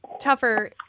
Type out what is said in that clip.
tougher